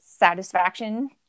satisfaction